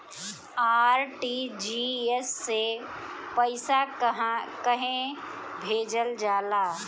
RTGS से पइसा कहे भेजल जाला?